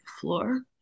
floor